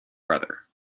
brother